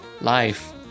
Life